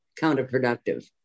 counterproductive